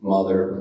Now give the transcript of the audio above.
mother